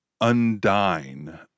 Undine